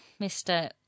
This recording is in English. Mr